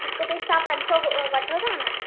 हिकु पीस तव्हां पंज सौ वठो था न